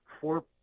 four